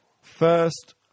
First